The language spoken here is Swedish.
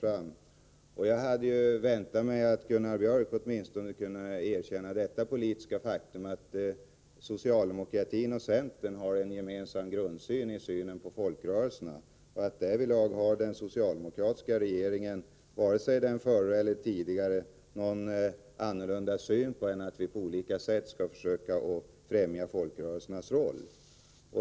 Jag hade väntat mig att Gunnar Björk åtminstone skulle ha kunnat erkänna det politiska faktum, att socialdemokratin och centern har en gemensam grundsyn när det gäller folkrörelserna. Därvidlag har vare sig den nuvarande regeringen eller tidigare socialdemokratiska regeringar hyst någon annan uppfattning än att vi på olika sätt skall försöka främja folkrörelsernas roll.